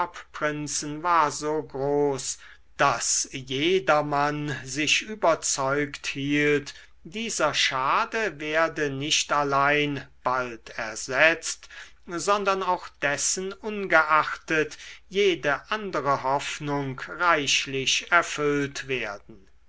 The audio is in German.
erbprinzen war so groß daß jedermann sich überzeugt hielt dieser schade werde nicht allein bald ersetzt sondern auch dessen ungeachtet jede andere hoffnung reichlich erfüllt werden